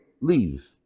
leave